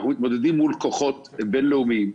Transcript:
אנחנו מתמודדים מול כוחות בין-לאומיים,